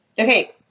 okay